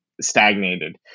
stagnated